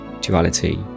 duality